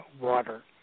water